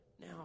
Now